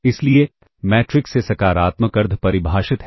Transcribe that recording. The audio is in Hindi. इसलिए मैट्रिक्स ए सकारात्मक अर्ध परिभाषित है